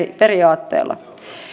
periaatteella